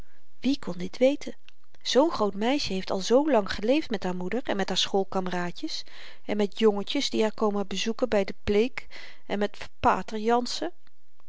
wie kon dit weten zoo'n groot meisje heeft al zoolang geleefd met haar moeder en met schoolkameraadjes en met jongetjes die haar komen bezoeken by de bleek en met pater jansen